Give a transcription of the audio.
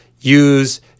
use